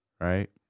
right